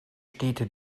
städte